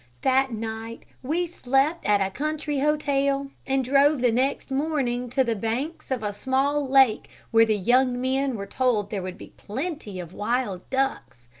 that night we slept at a country hotel, and drove the next morning to the banks of a small lake where the young men were told there would be plenty of wild ducks.